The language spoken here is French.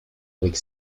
avec